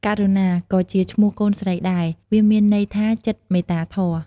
ករុណាក៏ជាឈ្មោះកូនស្រីដែរ វាមានន័យថាចិត្តមេត្តាធម៌។